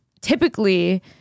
typically